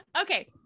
Okay